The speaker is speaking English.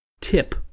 tip